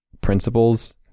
principles